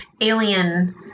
alien